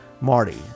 Marty